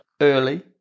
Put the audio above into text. early